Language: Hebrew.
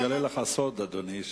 אני אגלה לך סוד, אדוני.